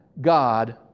God